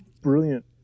brilliant